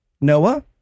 Noah